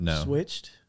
switched